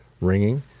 ringing